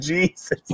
Jesus